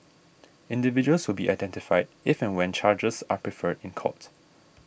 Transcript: individuals will be identified if and when charges are preferred in court